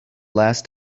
last